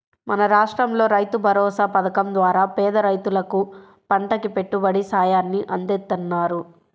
మన రాష్టంలో రైతుభరోసా పథకం ద్వారా పేద రైతులకు పంటకి పెట్టుబడి సాయాన్ని అందిత్తన్నారు